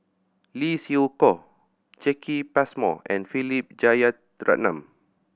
Lee Siew Choh Jacki Passmore and Philip Jeyaretnam